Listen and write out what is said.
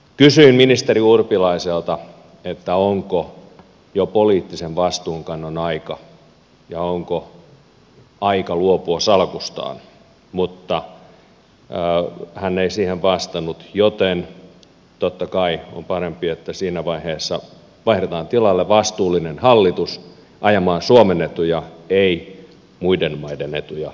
kysyin ministeri urpilaiselta onko jo poliittisen vastuunkannon aika ja onko hänen aika luopua salkustaan mutta hän ei siihen vastannut joten totta kai on parempi että siinä vaiheessa vaihdetaan tilalle vastuullinen hallitus ajamaan suomen etuja ei muiden maiden etuja